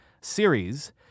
series